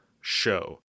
show